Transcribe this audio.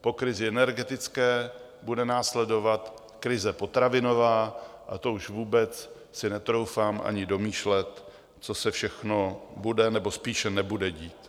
Po krizi energetické bude následovat krize potravinová a to už vůbec si netroufám ani domýšlet, co se všechno bude nebo spíše nebude dít.